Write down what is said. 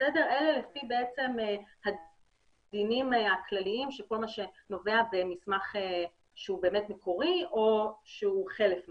אלה הדינים הכלליים שלכל מה שנובע ממסמך שהוא מקורי או הוא חלף מקור.